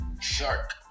shark